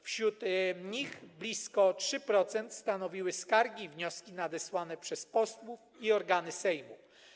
Wśród nich blisko 3% stanowiły skargi i wnioski nadesłane przez posłów i organy Sejmu.